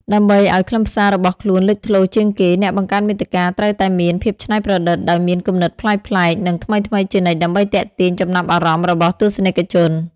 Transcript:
ដើម្បីឱ្យខ្លឹមសាររបស់ខ្លួនលេចធ្លោជាងគេ អ្នកបង្កើតមាតិកាត្រូវតែមាន ភាពច្នៃប្រឌិត ដោយមានគំនិតប្លែកៗ និងថ្មីៗជានិច្ចដើម្បីទាក់ទាញចំណាប់អារម្មណ៍របស់ទស្សនិកជន។